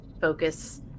focus